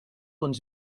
uns